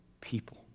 people